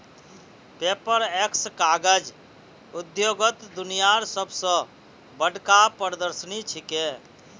Paperex कागज उद्योगत दुनियार सब स बढ़का प्रदर्शनी छिके